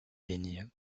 lignes